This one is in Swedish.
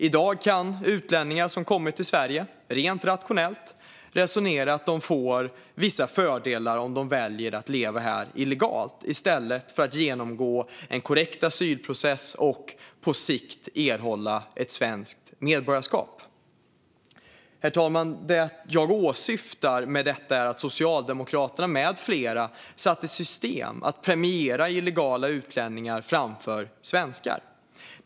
I dag kan utlänningar som har kommit till Sverige rent rationellt resonera att de får vissa fördelar om de väljer att leva här illegalt i stället för att genomgå en korrekt asylprocess och på sikt erhålla ett svenskt medborgarskap. Herr talman! Det som jag åsyftar med detta är att Socialdemokraterna med flera satt i system att premiera illegala utlänningar framför svenskar.